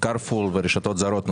קרפור ורשתות זרות נוספות.